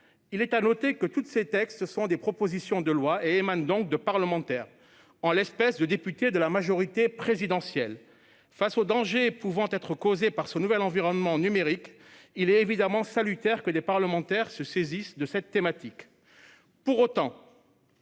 Il est à noter que tous ces textes, en tant que propositions de loi, émanent de parlementaires, en l'espèce de députés de la majorité présidentielle. Face aux dangers pouvant être causés par ce nouvel environnement numérique, il est évidemment salutaire que le législateur se saisisse de cette thématique.